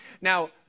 Now